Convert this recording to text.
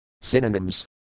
Synonyms